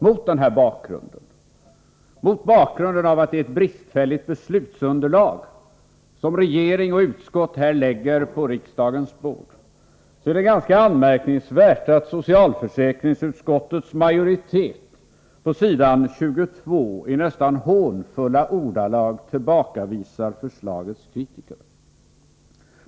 Mot bakgrund av att det är ett bristfälligt beslutsunderlag som regering och utskott lägger på riksdagens bord är det ganska anmärkningsvärt att socialförsäkringsutskottets majoritet på s. 22 i nästan hånfulla ordalag tillbakavisar förslagets kritiker.